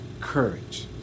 courage